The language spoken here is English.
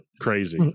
Crazy